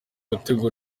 gutegura